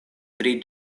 pri